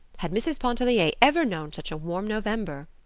had mrs. pontellier ever known such a warm november?